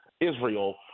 Israel